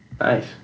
Nice